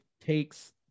takes